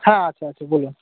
হ্যাঁ আছে আছে বলুন